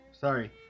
Sorry